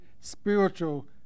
spiritual